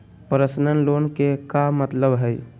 Personal loan के का मतलब हई?